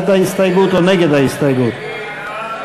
ההסתייגות של קבוצת סיעת